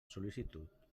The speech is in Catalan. sol·licitud